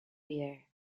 year